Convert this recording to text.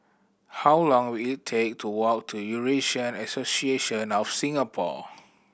how long will it take to walk to Eurasian Association of Singapore